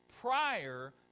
prior